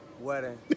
wedding